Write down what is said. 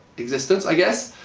existence, i guess.